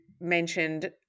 mentioned